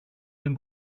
την